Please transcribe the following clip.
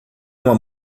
uma